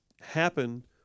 happen